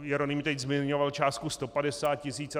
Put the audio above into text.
Jeroným teď zmiňoval částku 150 tisíc.